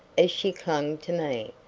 as she clung to me.